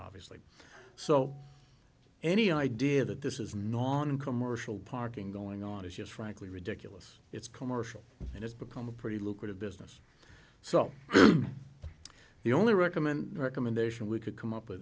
obviously so any idea that this is noncommercial parking going on is just frankly ridiculous it's commercial and it's become a pretty lucrative business so the only recommend recommendation we could come up with